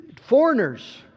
foreigners